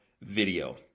video